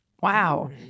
Wow